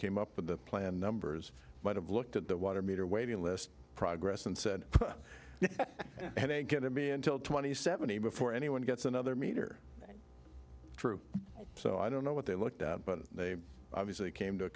came up with the plan numbers might have looked at the water meter waiting list progress and said i'm going to be until twenty seventy before anyone gets another meter true so i don't know what they looked at but they obviously came to a